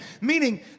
meaning